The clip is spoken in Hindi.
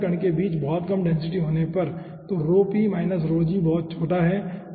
गैस और कण के बीच बहुत कम डेंसिटी होने पर तो रॉ p रॉ g बहुत छोटा है